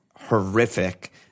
horrific